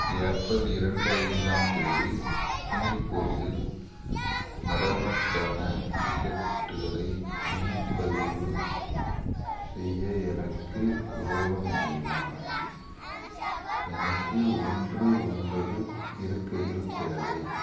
April இரண்டு ஐந்தாம் தேதி சினிப்போஸில் நாடமம்க்கான டிக்கெட்டுகளை முன்பதிவு செய்ய எனக்கு உதவ முடியுமா எனக்கு ஒன்று ஒன்பது இருக்கைகள் தேவை